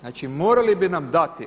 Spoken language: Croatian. Znači, morali bi nam dati.